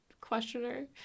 questioner